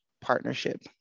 partnership